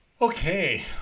Okay